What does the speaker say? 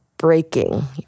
breaking